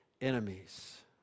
enemies